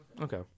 Okay